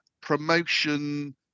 promotion